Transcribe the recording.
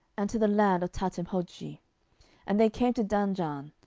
and to the land of tahtimhodshi and they came to danjaan,